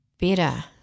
better